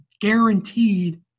guaranteed